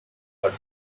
but